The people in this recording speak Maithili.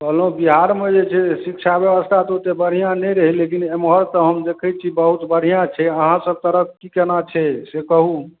कहलहुॅं बिहार मे जे छै शिक्षा व्यवस्था तऽ ओते बढिआँ नहि रहै लेकिन एमहर तऽ हम देखै छी बहुत बढिआँ छै अहाँ सब तरफ की केना छै से कहू